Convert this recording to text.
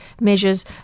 measures